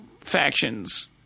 factions